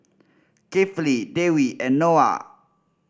Kifli Dewi and Noah